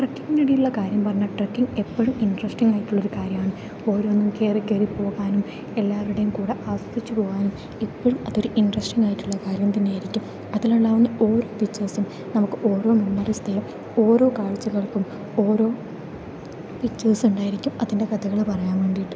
ട്രെക്കിങ്ങിനിടയിലുള്ള കാര്യം പറഞ്ഞാൽ ട്രെക്കിങ്ങ് എപ്പോഴും ഇൻട്രെസ്റ്റിംഗ് ആയിട്ടുള്ളൊരു കാര്യമാണ് അപ്പോൾ ഓരോന്നും കയറിക്കയറി പോകാനും എല്ലാവരുടെയും കൂടെ ആസ്വദിച്ച് പോകാനും ഇപ്പോഴും അതൊരു ഇൻട്രെസ്റ്റിംഗ് ആയിട്ടുള്ള കാര്യംതന്നെ ആയിരിക്കും അതിലുണ്ടാവുന്ന ഓരോ പിക്ചേർസും നമുക്ക് ഓരോ മെമ്മറീസ് തരും ഓരോ കാഴ്ചകൾക്കും ഓരോ പിക്ചേർസ് ഉണ്ടായിരിക്കും അതിൻ്റെ കഥകള് പറയാൻ വേണ്ടിയിട്ട്